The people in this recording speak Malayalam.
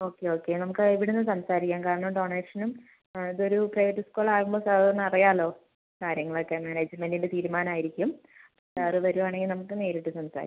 ഓക്കേ ഓക്കേ നമുക്ക് അത് ഇവിടെനിന്ന് സംസാരിക്കാം കാരണം ഡോണേഷനും ഇത് ഒരു പ്രൈവറ്റ് സ്കൂൾ ആവുമ്പോൾ സാറിന് അറിയാമല്ലോ കാര്യങ്ങളൊക്കെ മാനേജ്മെൻറ്റിൻ്റെ തീരുമാനം ആയിരിക്കും സാർ വരുവാണെങ്കിൽ നമുക്ക് നേരിട്ട് സംസാരിക്കാം